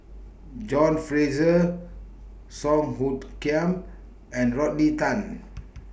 John Fraser Song Hoot Kiam and Rodney Tan